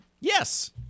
Yes